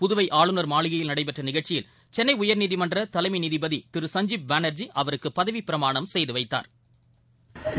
புதுவை ஆளுநர் மாளிகையில் நடைபெற்ற நிகழ்ச்சியில் சென்னை உயர்நீதிமன்ற தலைமை நீதிபதி திரு சஞ்ஜீப் பானா்ஜி அவருக்கு பதவிப்பிரமாணம் செய்து வைத்தாா்